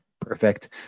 perfect